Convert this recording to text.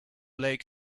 lake